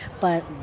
but